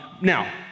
now